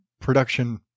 production